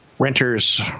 renters